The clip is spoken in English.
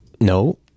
No